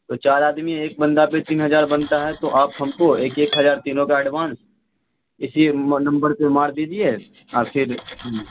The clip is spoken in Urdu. تو چار آدمی ایک بندہ پہ تین ہزار بنتا ہے تو آپ ہم کو ایک ایک ہزار تینوں کا ایڈوانس اسی نمبر پہ مار دیجیے اور پھر